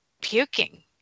puking